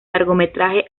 largometraje